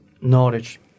knowledge